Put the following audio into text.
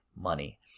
money